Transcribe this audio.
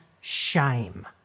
shame